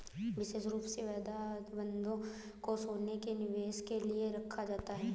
विशेष रूप से वायदा अनुबन्धों को सोने के निवेश के लिये रखा जाता है